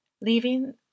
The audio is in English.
leaving